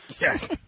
Yes